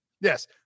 yes